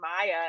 Maya